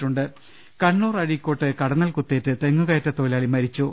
രു ൽ ശ്വ കണ്ണൂർ അഴീക്കോട്ട് കടന്നൽ കുത്തേറ്റ് തെങ്ങുകയറ്റ തൊഴിലാളി മരി ച്ചു